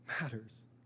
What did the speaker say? matters